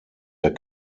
der